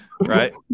right